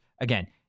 Again